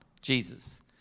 Jesus